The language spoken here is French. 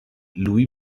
louis